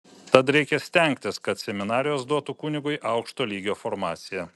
tad reikia stengtis kad seminarijos duotų kunigui aukšto lygio formaciją